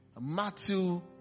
Matthew